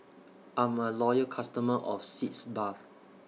I'm A Loyal customer of Sitz Bath